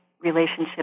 relationship